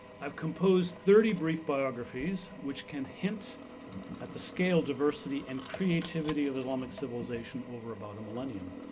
i've composed thirty brief biographies which can hint at the scale, diversity, and creativity of islamic civilization over about a millennium.